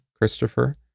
Christopher